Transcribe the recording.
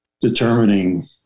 determining